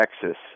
Texas